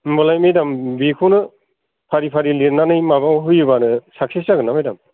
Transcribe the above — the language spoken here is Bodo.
होम्बालाय मेडाम बेखौनो फारि फारि लेरनानै माबायाव होयोबानो साक्सेस जागोन ना मेडाम